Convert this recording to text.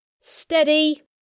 Steady